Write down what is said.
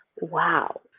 Wow